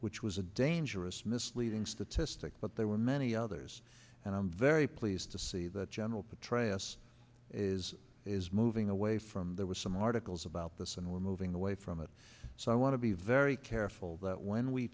which was a dangerous misleading statistic but there were many others and i'm very pleased to see that general petraeus is is moving away from there was some articles about this and we're moving away from that so i want to be very careful that w